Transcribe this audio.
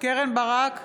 קרן ברק,